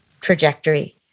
trajectory